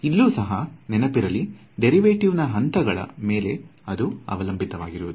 ಇಲ್ಲೂ ಸಹ ನೆನಪಿರಲಿ ಡೇರಿವೆಟಿವ್ ನಾ ಹಂತಗಳ ಮೇಲೆ ಇದು ಅವಲಂಬಿತವಾಗಿರುವುದಿಲ್ಲ